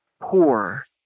poor